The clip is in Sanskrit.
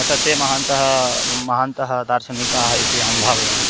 अत ते महान्तः महान्तः दार्शनिकाः इति अहं भावयामि